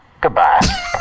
goodbye